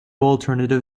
alternative